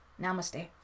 Namaste